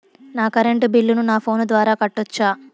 నా కరెంటు బిల్లును నా ఫోను ద్వారా కట్టొచ్చా?